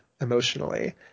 emotionally